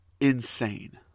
insane